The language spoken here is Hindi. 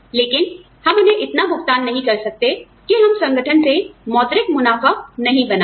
लेकिन हम उन्हें इतना भुगतान नहीं कर सकते कि हम संगठन से मौद्रिक मुनाफा नहीं बनाएं